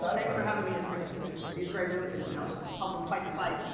so thanks for having me in front of these great realtors, ya know. help them fight the fight.